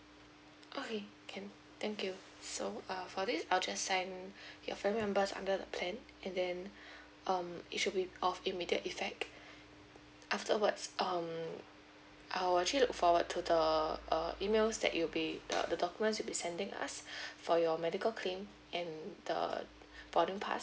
okay can thank you so uh for this I'll just sign your family members under the plan and then um it should be of immediate effect afterwards um I will actually look forward to the uh emails that you will be the documents that you'll be sending us for your medical claim and the boarding pass